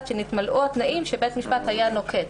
שנתמלאו התנאים שבית המשפט היה נוקט.